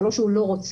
זה לא שהוא לא רוצה,